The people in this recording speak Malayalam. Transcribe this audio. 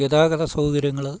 ഗതാഗത സൗകര്യങ്ങൾ